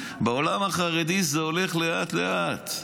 בעולם החרדי זה הולך לאט-לאט,